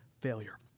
failure